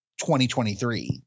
2023